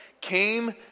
came